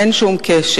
אין שום קשר.